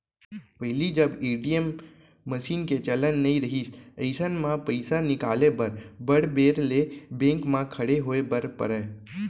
पहिली जब ATM machine के चलन नइ रहिस अइसन म पइसा निकाले बर बड़ बेर ले बेंक म खड़े होय बर परय